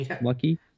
Lucky